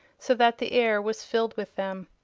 so that the air was filled with them.